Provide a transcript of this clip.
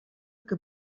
que